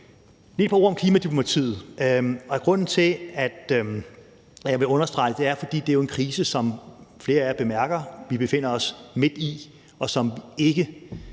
sige et par ord om klimadiplomatiet. Grunden til, at jeg vil understrege det, er, at det jo er en krise, som vi – som flere af jer bemærker – befinder os midt i, og som vi ikke